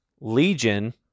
legion